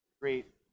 great